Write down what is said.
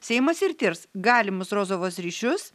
seimas ir tirs galimus rozovos ryšius